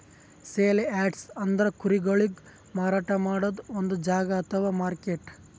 sale yards ಅಂದ್ರ ಕುರಿಗೊಳಿಗ್ ಮಾರಾಟ್ ಮಾಡದ್ದ್ ಒಂದ್ ಜಾಗಾ ಅಥವಾ ಮಾರ್ಕೆಟ್